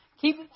Keep